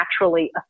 naturally